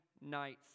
nights